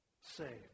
say